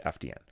FDN